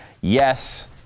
yes